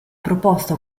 proposta